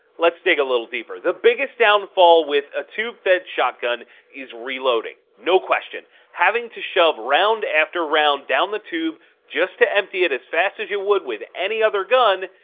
let's dig a little deeper. the biggest downfall with a tube fed shotgun is reloading. no question. having to shove round after round down the tube just to empty it as fast as you would with any other gun,